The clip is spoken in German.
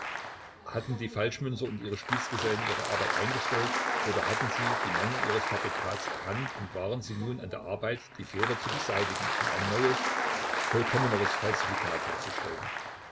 hatten die falschmünzer und ihre spießgesellen ihre arbeit eingestellt oder hatten sie die mängel ihres fabrikats erkannt und waren sie nun an der arbeit die fehler zu beseitigen und ein neues vollkommeneres falsifikat herzustellen